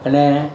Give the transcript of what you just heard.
અને